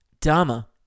Dharma